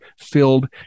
filled